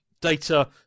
data